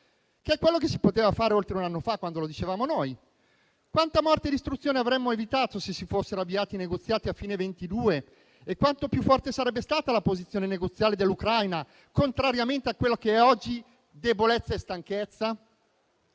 È quello che si poteva fare oltre un anno fa, quando lo dicevamo noi. Quanta morte e distruzione avremmo evitato se si fossero avviati i negoziati a fine 2022 e quanto più forte sarebbe stata la posizione negoziale dell'Ucraina, contrariamente a quella che è oggi debolezza e stanchezza?